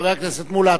חבר הכנסת מולה,